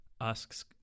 asks